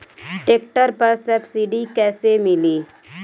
Tractor पर subsidy कैसे मिली?